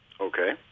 Okay